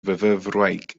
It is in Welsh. fyfyrwraig